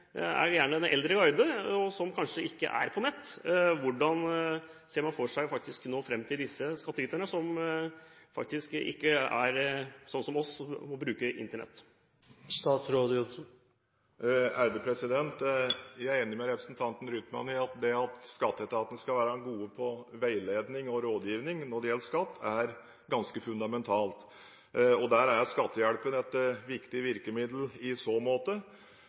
den eldre garde og er kanskje ikke på nett. Hvordan ser man for seg å nå fram til de skattyterne som ikke er som oss og bruker Internett? Jeg er enig med representanten Rytman i at det at skatteetaten skal være god på veiledning og rådgivning når det gjelder skatt, er ganske fundamentalt. Der er Skattehjelpen et viktig virkemiddel i så måte.